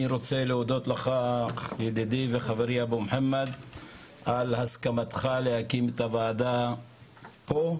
אני רוצה להודות לך ידידי וחברי אבו מוחמד על הסכמתך להקים את הועדה פה.